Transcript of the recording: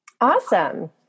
Awesome